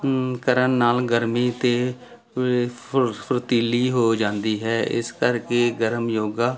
ਕਰਨ ਨਾਲ ਗਰਮੀ ਅਤੇ ਫੁਰ ਫਰਤੀਲੀ ਹੋ ਜਾਂਦੀ ਹੈ ਇਸ ਕਰਕੇ ਗਰਮ ਯੋਗਾ